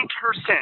person